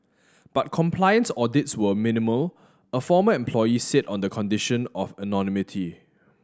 but compliance audits were minimal a former employee said on the condition of anonymity